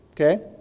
Okay